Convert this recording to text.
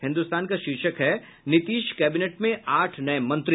हिन्दुस्तान का शीर्षक है नीतीश कैबिनेट में आठ नए मंत्री